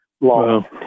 law